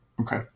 Okay